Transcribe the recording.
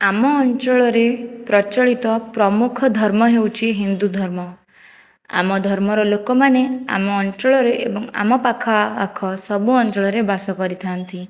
ଆମ ଅଞ୍ଚଳରେ ପ୍ରଚଳିତ ପ୍ରମୁଖ ଧର୍ମ ହେଉଛି ହିନ୍ଦୁ ଧର୍ମ ଆମ ଧର୍ମର ଲୋକମାନେ ଆମ ଅଞ୍ଚଳରେ ଏବଂ ଆମ ପାଖ ଆଖ ସବୁ ଅଞ୍ଚଳରେ ବାସ କରିଥାନ୍ତି